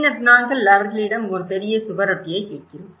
பின்னர் நாங்கள் அவர்களிடம் ஒரு பெரிய சுவரொட்டியைக் கேட்கிறோம்